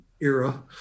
era